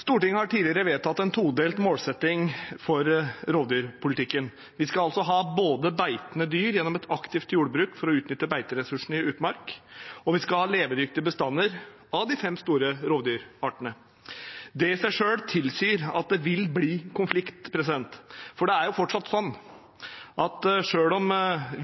Stortinget har tidligere vedtatt en todelt målsetting for rovdyrpolitikken. Vi skal altså både ha beitende dyr gjennom et aktivt jordbruk for å utnytte beiteressursene i utmark og ha levedyktige bestander av de fem store rovdyrartene. Det i seg selv tilsier at det vil bli konflikt, for det er fortsatt sånn at selv om